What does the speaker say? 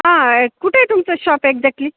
हां हे कुठं आहे तुमचं शॉप एक्झॅक्टली